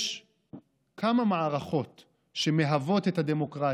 יש כמה מערכות שמהוות את הדמוקרטיה.